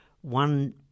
One